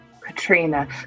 Katrina